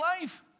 life